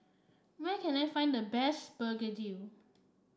where can I find the best begedil